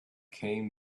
came